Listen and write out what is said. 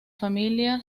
familia